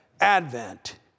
Advent